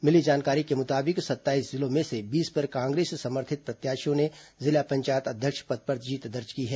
मिली जानकारी के मुताबिक सत्ताईस जिलों में से बीस पर कांग्रेस समर्थित प्रत्याशियों ने जिला पंचायत अध्यक्ष पद पर जीत दर्ज की है